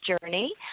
journey